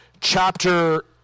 chapter